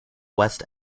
west